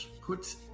put